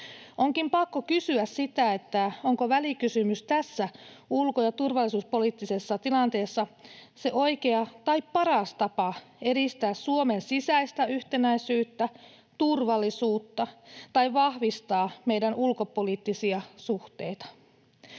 Onkin pakko kysyä, onko välikysymys tässä ulko- ja turvallisuuspoliittisessa tilanteessa se oikea tai paras tapa edistää Suomen sisäistä yhtenäisyyttä, turvallisuutta tai vahvistaa meidän ulkopoliittisia suhteita.